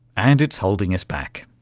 and it's holding us back.